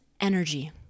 energy